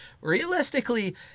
realistically